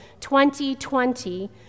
2020